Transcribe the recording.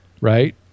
right